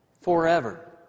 forever